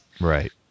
right